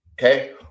okay